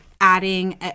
adding